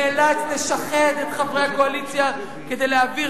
נאלץ לשחד את חברי הקואליציה כדי להעביר